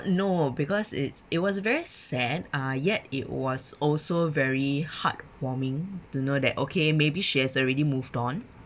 no because it's it was very sad uh yet it was also very heartwarming to know that okay maybe she has already moved on